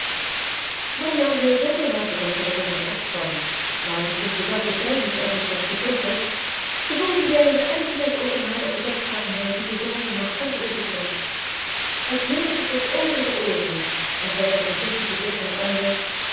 marianne zei zonder na te denken wat in haar opkwam maar toen ze zag hoe pijnlijk edward was getroffen gevoelde zij een ergernis over haar onbedachtzaamheid die de zijne nog ver overtrof hij kleurde tot over de ooren en zei met een vluchtigen blik naar